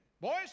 boys